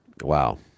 Wow